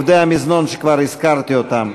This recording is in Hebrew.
עובדי המזנון שכבר הזכרתי אותם,